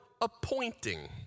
appointing